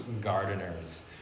gardeners